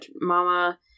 Mama